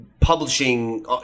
publishing